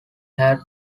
had